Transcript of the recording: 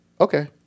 Okay